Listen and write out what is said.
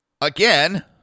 again